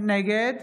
נגד